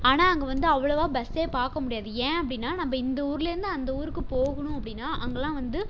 ஆனால் அங்கே வந்து அவ்வளவா பஸ்ஸே பார்க்க முடியாது ஏன் அப்படின்னா நம்ம இந்த ஊரில் இருந்து அந்த ஊருக்குப் போகணும் அப்படின்னா அங்கேல்லாம் வந்து